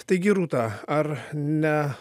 taigi rūta ar ne